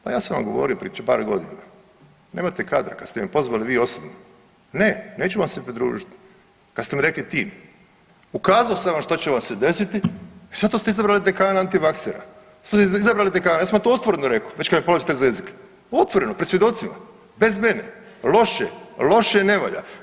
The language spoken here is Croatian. Pa ja sam vam govorio prije par godina, nemate kadar kad ste me pozvali vi osobno, ne neću vam se pridružiti, kad ste mi rekli tim, ukazao sam vam što će vam se desiti i zato ste izabrali dekana antivaksera, …/nerazumljivo/… izabrali dekana, jesmo to otvoreno rekli već kad me povlačite za jezik, otvoreno, pred svjedocima bez mene, loše, loše i ne valja.